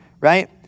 Right